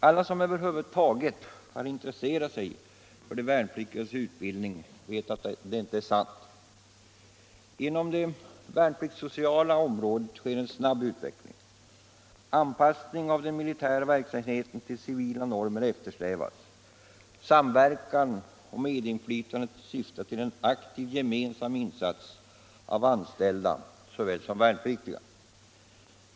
Alla som över huvud taget är intresserade av de värnpliktigas utbildning vet att detta påstående inte är sant. På det värnpliktssociala området sker en snabb utveckling. En anpassning av den militära verksamheten till civila normer eftersträvas. Samverkan och medinflytandet syftar till en aktiv gemensam insats av såväl anställda som värnpliktiga.